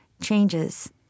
changes